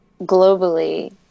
globally